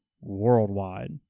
worldwide